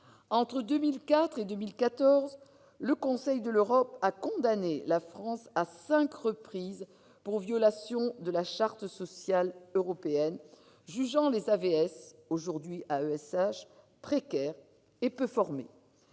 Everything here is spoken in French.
Entre 2004 et 2014, le Conseil de l'Europe a condamné la France à cinq reprises pour violation de la Charte sociale européenne, jugeant les AVS, aujourd'hui AESH, précaires, peu formés